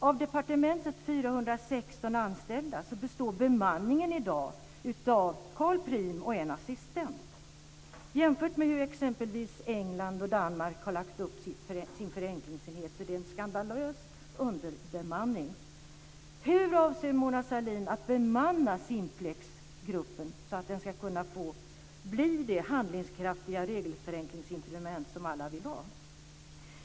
Av departementets 416 anställda består bemanningen i dag av Charl Priem och en assistent. Jämfört med hur t.ex. England och Danmark har lagt upp sin förenklingsenhet så är det en skandalös underbemanning. Hur avser Mona Sahlin att bemanna Simplexgruppen så att den ska kunna bli det handlingskraftiga regelförenklingsinstrument som alla vill ha?